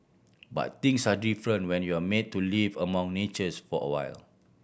but things are different when you're made to live among natures for awhile